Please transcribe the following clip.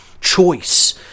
choice